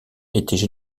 étaient